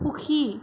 সুখী